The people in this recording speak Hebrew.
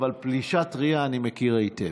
אבל פלישה טרייה אני מכיר היטב.